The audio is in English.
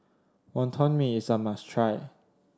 Wonton Mee is a must try